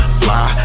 fly